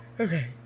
okay